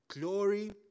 Glory